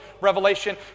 Revelation